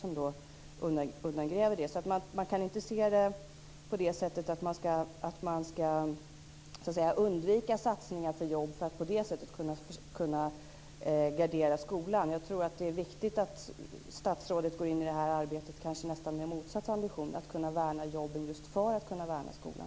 Man kan inte se det på ett sådant sätt att man skall undvika satsningar på jobb för att på det sättet kunna gardera skolan. Jag tror att det är viktigt att statsrådet går in i detta arbete med kanske nästan motsatt ambition, att värna jobben just för att kunna värna skolan.